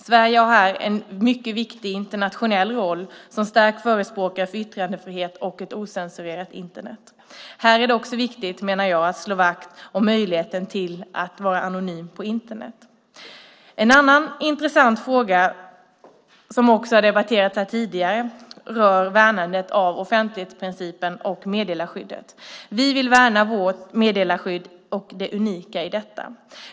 Sverige har en mycket viktigt internationell roll som stark förespråkare för yttrandefrihet och ett ocensurerat Internet. Här är det också viktigt, menar jag, att slå vakt om möjligheten att vara anonym på Internet. En annan intressant fråga, som också har diskuterats här tidigare, rör värnandet av offentlighetsprincipen och meddelarskyddet. Vi vill värna vårt meddelarskydd och det unika i detta.